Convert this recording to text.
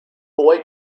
boy